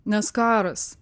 nes karas